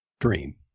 dream